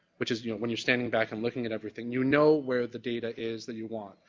which is, you know, when you're standing back and looking at everything you know where the data is that you want,